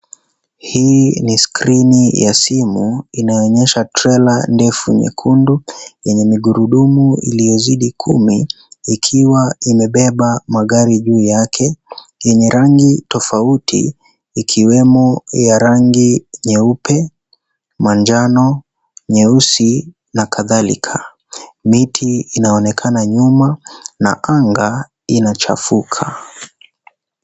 Hii ni skrini ya simu inayoonyesha trela refu nyekundu yenye magurudumu iliyozidi kumi ikiwa imebeba magari juu yake yenye rangi tofauti ikiwemo ya rangi nyeupe, manjano, nyeusi na kadhalika. Miti inaonekana nyuma na anga inachafuka.